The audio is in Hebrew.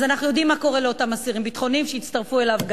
אז אנחנו יודעים מה קורה לאותם אסירים ביטחוניים שגם יצטרפו אליו.